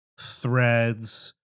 threads